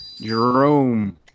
Jerome